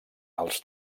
els